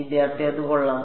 വിദ്യാർത്ഥി അത് കൊള്ളാം